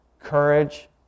courage